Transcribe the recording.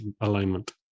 alignment